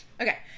Okay